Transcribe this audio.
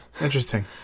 Interesting